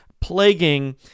plaguing